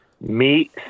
Meat